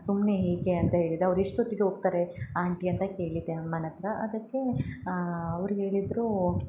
ಸುಮ್ನೆ ಹೀಗೆ ಅಂತ ಹೇಳಿದೆ ಅವ್ರು ಎಷ್ಟೊತ್ತಿಗೆ ಹೋಗ್ತಾರೆ ಆಂಟಿ ಅಂತ ಕೇಳಿದ್ದೆ ಅಮ್ಮನ ಹತ್ರ ಅದಕ್ಕೆ ಅವರು ಹೇಳಿದ್ರು